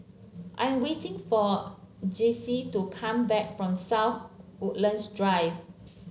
I am waiting for Jayce to come back from South Woodlands Drive